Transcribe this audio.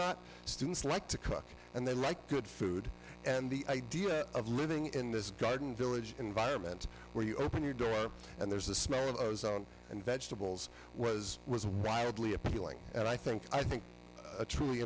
not students like to cook and they like good food and the idea of living in this garden village environment where you open your door and there's a smell of i was on and vegetables was was wildly appealing and i think i think a truly